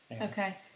Okay